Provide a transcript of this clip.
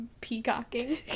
Peacocking